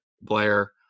Blair